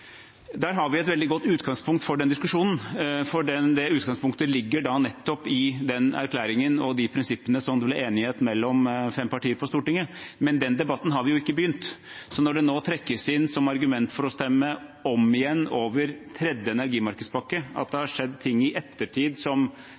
Der har vi et veldig godt utgangspunkt for den diskusjonen, for det utgangspunktet ligger nettopp i den erklæringen og de prinsippene som det ble enighet om mellom fem partier på Stortinget. Men den debatten har vi jo ikke begynt på, så når det nå trekkes inn som argument for å stemme om igjen over tredje energimarkedspakke at det